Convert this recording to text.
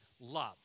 love